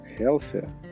healthier